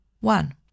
one